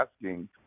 asking